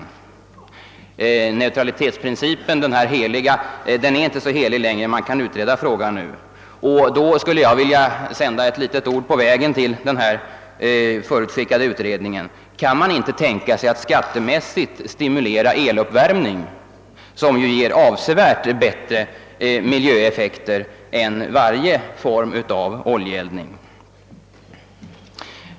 Den heliga neutralitetsprincipen är inte så helig längre, nu kan man utreda frågan. Jag skulle vilja sända ett ord på vägen till den förutskickade utredningen: Kan man inte tänka sig att skattemässigt stimulera eluppvärmmning, som ger avsevärt bättre miljöeffekter än varje form av oljeeldning?